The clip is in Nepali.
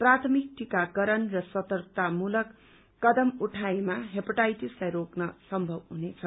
प्राथमिक टीकाकारण र सतर्कतामूलक कदम उठाएमा हेपाटाइटिसलाई रोक्न सम्भव हुनेछ